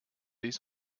dies